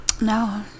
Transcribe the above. No